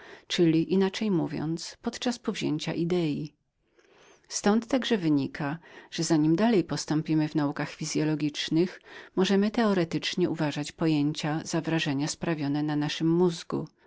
czyli inaczej mówiąc podczas powzięcia idei ztąd także wypada że za nim dalej postąpimy w naukach fizyologicznych możemy teoretycznie uważać pojęcia jako wrażenia sprawione na naszym mózgu